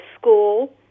school